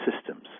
systems